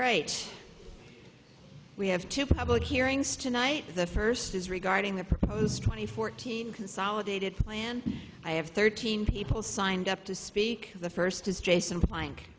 right we have to public hearings tonight the first is regarding the proposed twenty four consolidated plan i have thirteen people signed up to speak the first is jason